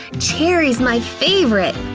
cherry's my favorite.